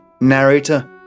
narrator